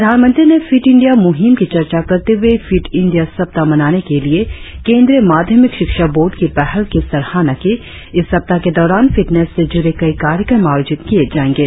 प्रधानमंत्री ने fit India मुहिम की चर्चा करते हुए फिट इंडिया सप्ताह मनाने के लिए केंद्रीय माध्यमिक शिक्षा बोर्ड की पहल की सराहना की इस सप्ताह के दौरान फिटनेस से जुड़े कई कार्यक्रम आयोजित किए जाएंगे